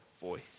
voice